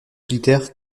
solitaire